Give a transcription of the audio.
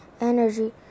energy